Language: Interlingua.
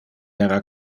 era